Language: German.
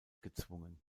gezwungen